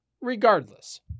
Regardless